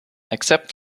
except